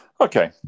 Okay